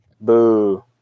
Boo